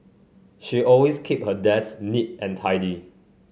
she always keep her desk neat and tidy